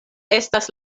estas